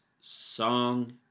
Song